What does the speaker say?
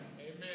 Amen